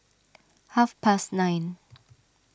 half past nine